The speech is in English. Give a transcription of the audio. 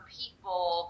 people